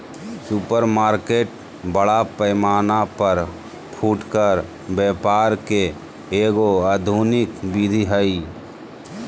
supermarket बड़ा पैमाना पर फुटकर व्यापार के एगो आधुनिक विधि हइ